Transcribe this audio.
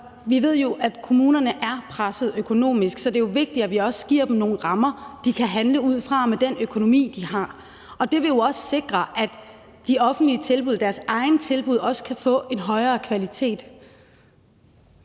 Vi ved jo, at kommunerne er presset økonomisk, så det er jo vigtigt, at vi også giver dem nogle rammer, de kan handle ud fra, med den økonomi, de har. Det vil jo også sikre, at de offentlige tilbud, altså deres egne tilbud, også kan få en højere kvalitet.